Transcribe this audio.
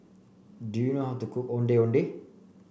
do you know how to cook Ondeh Ondeh